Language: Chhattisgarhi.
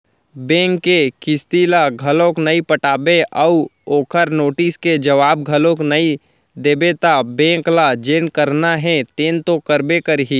बेंक के किस्ती ल घलोक नइ पटाबे अउ ओखर नोटिस के जवाब घलोक नइ देबे त बेंक ल जेन करना हे तेन तो करबे करही